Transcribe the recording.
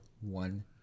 one